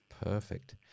Perfect